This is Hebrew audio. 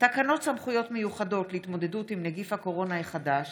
תקנות סמכויות מיוחדות להתמודדות עם נגיף הקורונה החדש